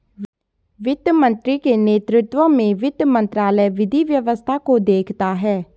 वित्त मंत्री के नेतृत्व में वित्त मंत्रालय विधि व्यवस्था को देखता है